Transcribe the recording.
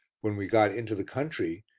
when we got into the country,